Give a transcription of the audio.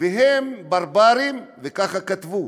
והם ברברים, ככה כתבו,